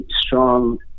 strong